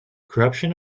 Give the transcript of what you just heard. corruption